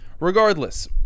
Regardless